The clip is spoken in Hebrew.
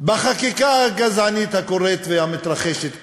בחקיקה הגזענית הקורית והמתרחשת כאן.